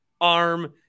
arm